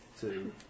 two